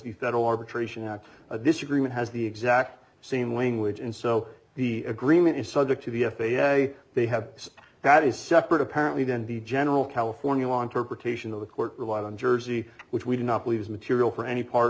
federal arbitration out of this agreement has the exact same language and so the agreement is subject to the f a a they have that is separate apparently then the general california law interpretation of the court relied on jersey which we do not believe is material for any part